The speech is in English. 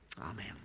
Amen